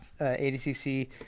ADCC